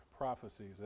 prophecies